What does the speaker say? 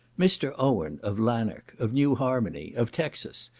mr. owen, of lanark, of new harmony, of texas,